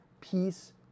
peace